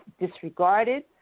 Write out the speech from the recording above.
disregarded